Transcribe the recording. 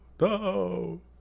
no